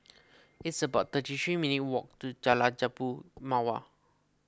It's about thirty three minutes'walk to Jalan Jambu Mawar